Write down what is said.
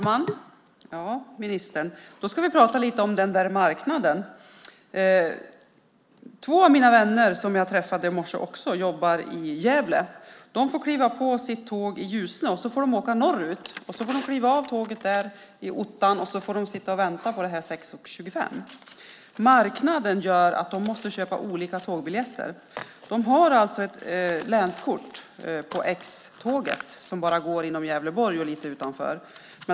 Herr talman! Nu ska vi prata om den där marknaden, ministern. Två av mina vänner som jag träffade i morse jobbar i Gävle. De får kliva på tåget i Ljusnan och åka norrut. Där får de kliva av tåget i ottan och sitta och vänta till 06.25. Marknaden gör att de måste köpa olika tågbiljetter. De har alltså ett länskort för X-tåget som går inom Gävleborg och lite utanför.